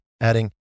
adding